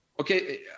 Okay